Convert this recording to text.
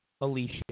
Alicia